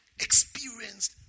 experienced